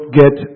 get